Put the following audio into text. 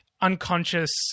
unconscious